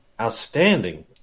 outstanding